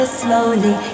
slowly